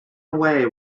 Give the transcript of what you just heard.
away